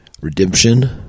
Redemption